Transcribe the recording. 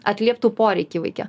atlieptų poreikį vaike